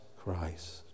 Christ